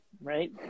right